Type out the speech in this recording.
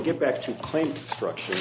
get back to claim structures